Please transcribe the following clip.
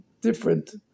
different